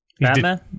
Batman